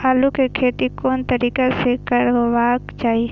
आलु के खेती कोन तरीका से करबाक चाही?